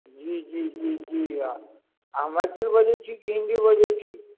जी जी जी जी आ अहाँ मैथिली बजैत छी कि हिन्दी बजैत छी